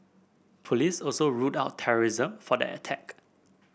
police also ruled out terrorism for that attack